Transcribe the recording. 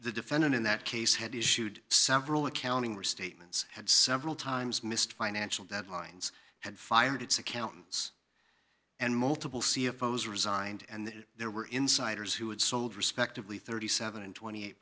the defendant in that case had issued several accounting restatements had several times missed financial deadlines had fired its accountants and multiple c f o has resigned and there were insiders who had sold respectively thirty seven and twenty eight